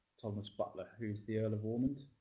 thomas butler, who's the earl of ormond.